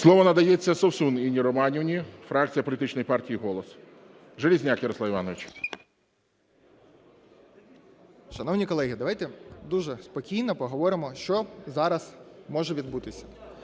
Слово надається Совсун Інні Романівні, фракція політичної партії "Голос". Железняк Ярослав Іванович. 12:50:54 ЖЕЛЕЗНЯК Я.І. Шановні колеги, давайте дуже спокійно поговоримо, що зараз може відбутися.